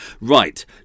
right